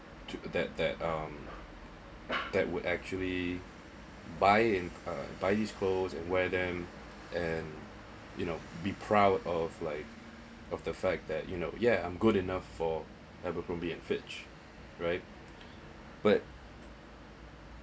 to that that um that would actually buying uh buying clothes and wear them and you know be proud of like of the fact that you know yeah I'm good enough for abercrombie and fitch right but